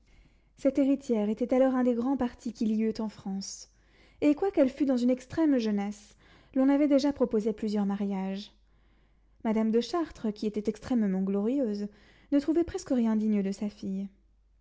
cette héritière était alors un des grands partis qu'il y eût en france et quoiqu'elle fût dans une extrême jeunesse l'on avait déjà proposé plusieurs mariages madame de chartres qui était extrêmement glorieuse ne trouvait presque rien digne de sa fille